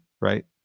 right